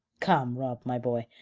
come, rob, my boy,